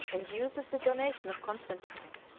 and use of the donation of constantine,